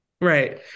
Right